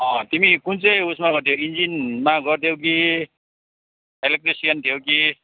तिमी कुन चाहिँ उसमा गर्थ्यौ इन्जिनमा गर्थ्यौ कि एलेक्ट्रिसियन थियौ कि